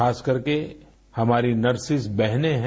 खास करके हमारी नर्सेस बहनें हैं